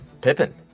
Pippin